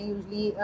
Usually